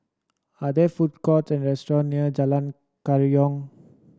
are there food courts and restaurant near Jalan Kerayong